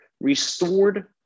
restored